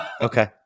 Okay